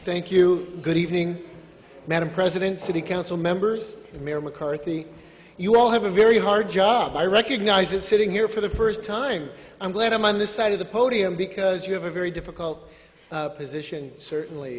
thank you good evening madam president city council members mayor mccarthy you all have a very hard job i recognize that sitting here for the first time i'm glad i'm on this side of the podium because you have a very difficult position certainly